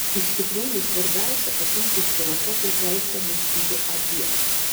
iš tikrųjų svarbiausia atimti iš filosofo teisę mąstyti apie